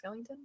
Skellington